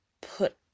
put